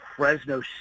fresno